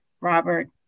Robert